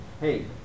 hey